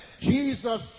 Jesus